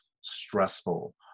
stressful